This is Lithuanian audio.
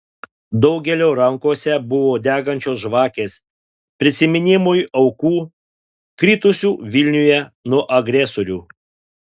daugelio rankose buvo degančios žvakės prisiminimui aukų kritusių vilniuje nuo agresorių